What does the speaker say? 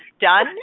done